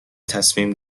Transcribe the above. تصمیم